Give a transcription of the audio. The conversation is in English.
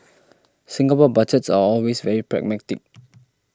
Singapore Budgets are always very pragmatic